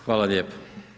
Hvala lijepo.